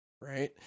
Right